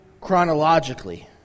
chronologically